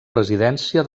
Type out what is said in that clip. residència